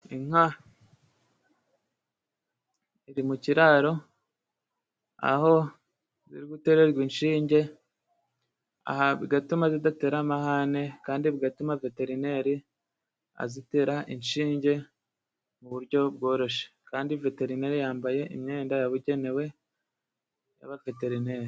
Inka ziri mu kiraro aho ziri gutererwa inshinge, aha bigatuma zidatera amahane, kandi bigatuma Veterineri azitera inshinge mu buryo bworoshye. Kandi veterinere yambaye imyenda yabugenewe y'abaveterineri.